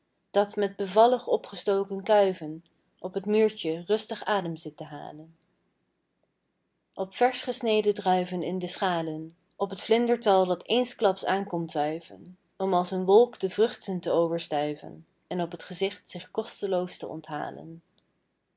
dat met bevallig opgestoken kuiven op t muurtje rustig adem zit te halen op versch gesneden druiven in de schalen op t vlindertal dat eensklaps aan komt wuiven om als een wolk de vruchten te overstuiven en op t gezicht zich kosteloos te onthalen